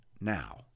now